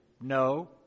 No